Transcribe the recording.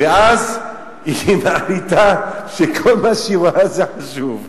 ואז היא מחליטה שכל מה שהיא רואה זה חשוב.